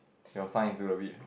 your sign is to the beach